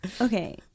okay